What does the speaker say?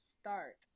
start